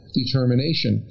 determination